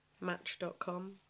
Match.com